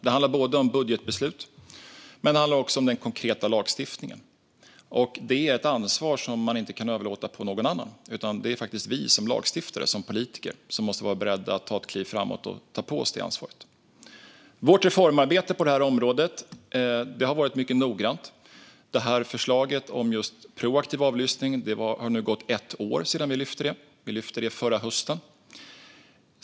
Det handlar om budgetbeslut, men det handlar också om den konkreta lagstiftningen. Det är ett ansvar som man inte kan överlåta på någon annan. Det är vi som lagstiftare och politiker som måste vara beredda att ta ett kliv framåt och ta på oss det ansvaret. Vårt reformarbete på det här området har varit mycket noggrant. Det har nu snart gått ett år sedan vi lyfte fram förslaget om proaktiv avlyssning. Vi lyfte fram det förra hösten.